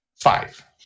five